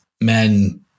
men